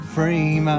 Frame